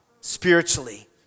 spiritually